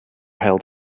held